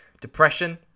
Depression